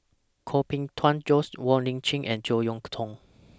Koh Bee Tuan Joyce Wong Lip Chin and Jek Yeun Thong